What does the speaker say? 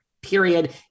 Period